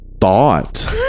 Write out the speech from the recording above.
thought